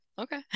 Okay